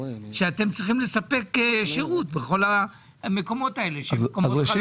שאתם צריכים לספק שירות בכל המקומות האלה שהם מקומות חלשים?